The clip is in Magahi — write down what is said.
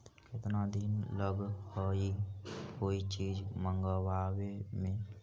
केतना दिन लगहइ कोई चीज मँगवावे में?